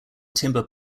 timber